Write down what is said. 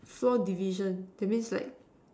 four division that means like